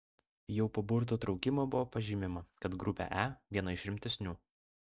jau po burtų traukimo buvo pažymima kad grupė e viena iš rimtesnių